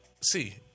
See